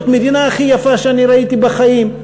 זו המדינה הכי יפה שאני ראיתי בחיים,